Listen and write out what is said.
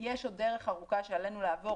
יש עוד דרך ארוכה שעלינו לעבור,